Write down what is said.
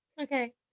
Okay